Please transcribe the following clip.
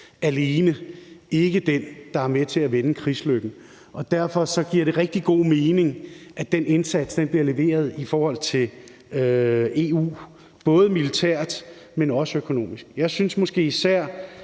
alene ikke den, der er med til at vende krigslykken. Derfor giver det rigtig god mening, at den indsats bliver leveret gennem EU, både militært og økonomisk. Jeg synes måske især,